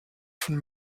von